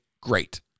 great